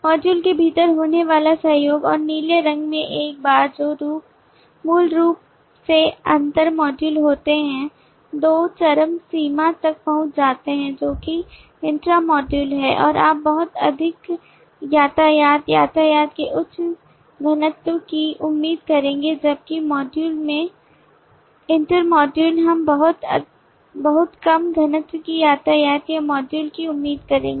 module के भीतर होने वाला सहयोग और नीले रंग में एक बार जो मूल रूप से अंतर मॉड्यूल होते हैं दो चरम सीमा तक पहुंच जाते हैं जो कि इंट्रा मॉड्यूल है आप बहुत अधिक यातायात यातायात के उच्च घनत्व की उम्मीद करेंगे जबकि मॉड्यूल में inter मॉड्यूल हम बहुत कम घनत्व की यातायात या मॉड्यूल की उम्मीद करेंगे